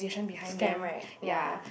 scam right ya